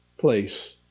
place